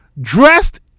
dressed